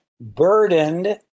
burdened